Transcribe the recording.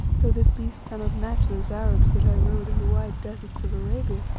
though this beast cannot match those arabs that i rode in the wide deserts of arabia.